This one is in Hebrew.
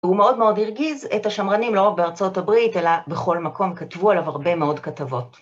הוא מאוד מאוד הרגיז את השמרנים, לא רק בארצות הברית, אלא בכל מקום כתבו עליו הרבה מאוד כתבות.